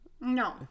No